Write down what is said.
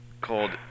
called